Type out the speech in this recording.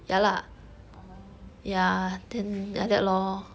orh